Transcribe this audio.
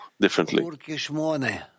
differently